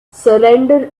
surrender